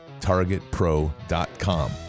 targetpro.com